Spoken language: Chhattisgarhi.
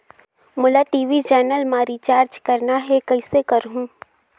मोला टी.वी चैनल मा रिचार्ज करना हे, कइसे करहुँ?